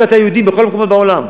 מצאת יהודים בכל המקומות בעולם.